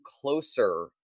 closer